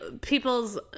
people's